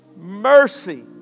mercy